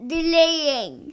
Delaying